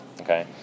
okay